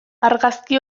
argazki